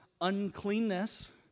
uncleanness